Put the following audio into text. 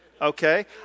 Okay